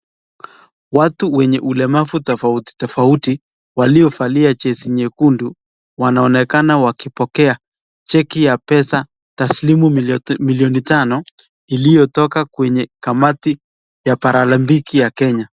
Watu wenye ulemavu tofauti tofauti waliovalia jezi nyekundu , wanaonekana wakipokea cheki ya pesa, taslimu milioni tano iliyotoka kwenye kamati ya paralambiki ya Kenya.